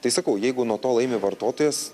tai sakau jeigu nuo to laimi vartotojas